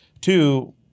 two